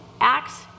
Acts